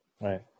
right